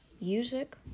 Music